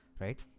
right